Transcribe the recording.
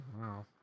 Wow